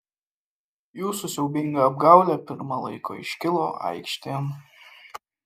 jūsų siaubinga apgaulė pirma laiko iškilo aikštėn